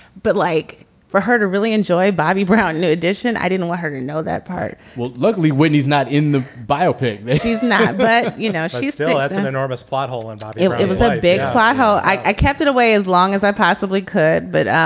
but like for her to really enjoy bobby brown new addition. i didn't want her to know that part well, luckily, whitney's not in the biopic that she's not but, you know, she's still an enormous plot hole. and um it it was a big plateau i kept it away as long as i possibly could but,